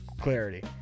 clarity